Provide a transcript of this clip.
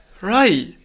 right